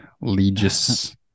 legis